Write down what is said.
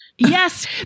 Yes